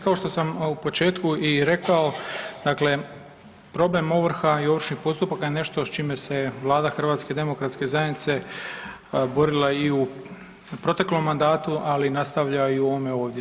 Kao što sam u početku i rekao, dakle problem ovrha i ovršnih postupaka je nešto s čime se Vlada HDZ-a borila i u proteklom mandatu, ali nastavlja i u ovome ovdje.